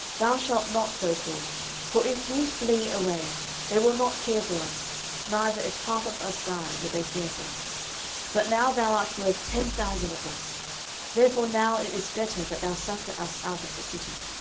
thou shalt not go forth for if we flee away, they will not care for us neither if half of us die, will they care for us but now thou art worth ten thousand of us therefore now it is better that thou succour us out of the city.